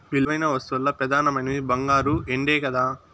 విలువైన వస్తువుల్ల పెదానమైనవి బంగారు, ఎండే కదా